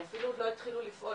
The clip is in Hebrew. הם אפילו עוד לא התחילו לפעול.